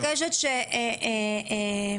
אני מבקשת, איריס,